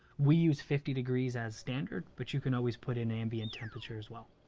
we use fifty degrees as standard, but you can always put in ambient temperature as well.